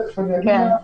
אני תכף אגיד לך.